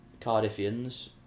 Cardiffians